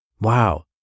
wow